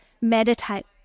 meditate